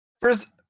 First